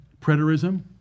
Preterism